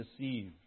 deceived